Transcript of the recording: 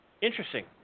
Interesting